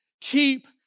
Keep